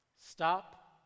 stop